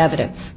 evidence